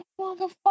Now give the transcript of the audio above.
motherfucker